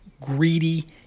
greedy